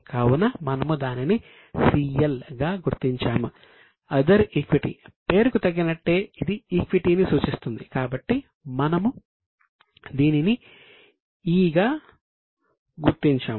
కావున మనము దానిని CL గా గుర్తించాము